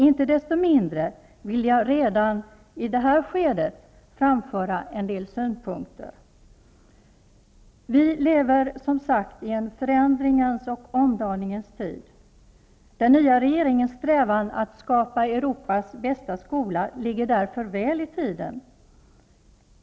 Inte desto mindre vill jag redan i detta skede framföra en del synpunkter. Vi lever i en förändringens och omdaningens tid. Den nya regeringens strävan att skapa Europas bästa skola ligger därför väl i tiden.